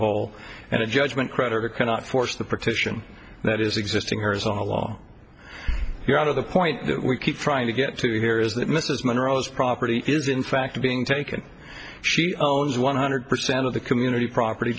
whole and a judgment creditor cannot force the partition that is existing arizona law you're out of the point that we keep trying to get to here is that mrs monroe's property is in fact being taken she owns one hundred percent of the community property